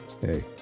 Hey